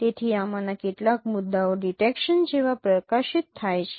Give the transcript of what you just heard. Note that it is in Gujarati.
તેથી આમાંના કેટલાક મુદ્દાઓ ડિટેકશન જેવા પ્રકાશિત થાય છે